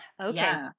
Okay